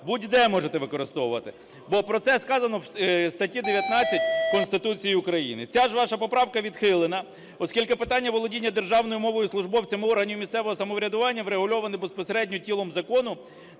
Будь-де можете використовувати. Бо про це сказано в статті 19 Конституції України. Ця ж ваша поправка відхилена, оскільки питання володіння державною мовою службовцями органів місцевого самоврядування врегульовано безпосередньо тілом закону.